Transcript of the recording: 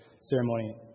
ceremony